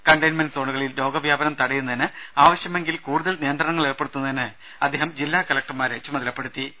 containment സോണുകളിൽ രോഗവ്യാപനം തടയുന്നതിന് ആവശ്യമെങ്കിൽ കൂടുതൽ നിയന്ത്രണങ്ങൾ ഏർപ്പെടുത്തുന്നതിന് അദ്ദേഹം ജില്ലാ കലക്ടർമാരെ ചുമതലപ്പെടുത്തിയിട്ടുണ്ട്